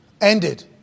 ended